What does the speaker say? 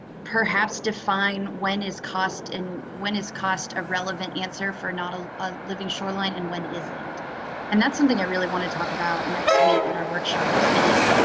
perhaps define when is cost. and when is cost a relevant answer for not ah a living shoreline and when is it and that's something i really want to talk about next week at our workshops is